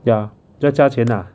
ya 要加钱啊